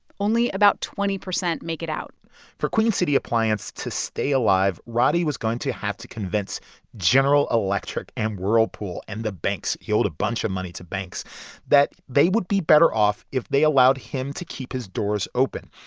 only about twenty percent make it out for queen city appliance to stay alive, roddey was going to have to convince general electric and whirlpool and the banks he owed a bunch of money to banks that they would be better off if they allowed him to keep his doors open.